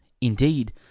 Indeed